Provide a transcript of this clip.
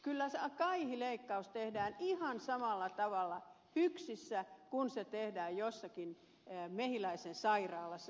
kyllä kaihileikkaus tehdään ihan samalla tavalla hyksissä kuin se tehdään jossakin mehiläisen sairaalassa